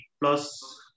plus